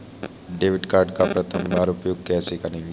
Debit card का प्रथम बार उपयोग कैसे करेंगे?